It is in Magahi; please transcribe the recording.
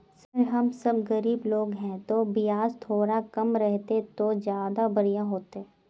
सर हम सब गरीब लोग है तो बियाज थोड़ा कम रहते तो ज्यदा बढ़िया होते